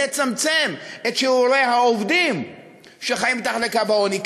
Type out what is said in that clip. נצמצם את שיעורי העובדים שחיים מתחת לקו העוני.